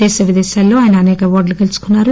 దేశ విదేశాల్లో ఆయన అసేక అవార్డులు గెలుచుకున్నారు